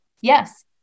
Yes